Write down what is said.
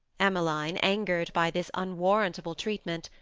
emmeline, angered by this unwarrantable treatment,